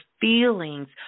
feelings